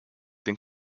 then